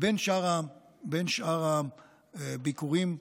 בין שאר הביקורים,